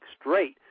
straight